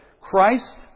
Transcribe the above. Christ